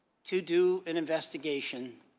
to do an investigation,